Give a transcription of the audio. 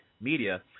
media